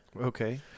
Okay